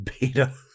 beta